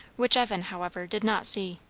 which evan, however, did not see.